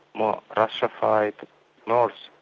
more russified north,